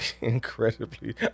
incredibly